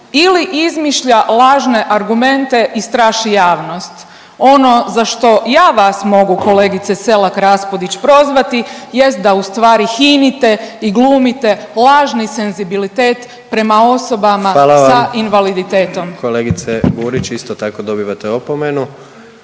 ili izmišlja lažne argumente i straši javnost. Ono za što ja vas mogu kolegice Selak Raspudić prozvati jest da u stvari hinite i glumite lažni senzibilitet prema osobama sa invaliditetom. **Jandroković, Gordan (HDZ)** Hvala vam. Kolegice Burić isto tako dobivate opomenu.